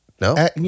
No